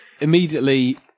immediately